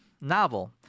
novel